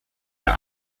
der